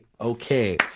Okay